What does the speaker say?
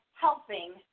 helping